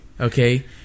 okay